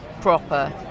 proper